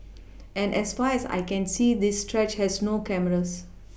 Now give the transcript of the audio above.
and as far as I can see this stretch has no cameras